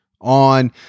on